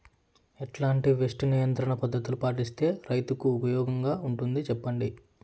ఎట్లాంటి పెస్ట్ నియంత్రణ పద్ధతులు పాటిస్తే, రైతుకు ఉపయోగంగా ఉంటుంది సెప్పండి?